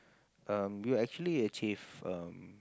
um you will actually achieve um